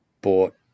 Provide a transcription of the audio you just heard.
bought